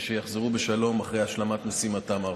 ושיחזרו בשלום ארצה אחרי השלמת משימתם.